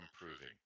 improving